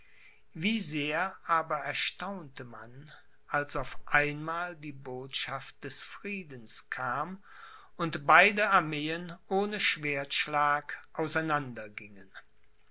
wie sehr aber erstaunte man als auf einmal die botschaft des friedens kam und beide armeen ohne schwertschlag